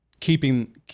keeping